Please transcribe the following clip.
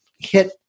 hit